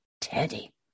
Teddy